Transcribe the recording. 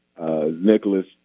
Nicholas